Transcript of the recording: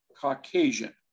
Caucasian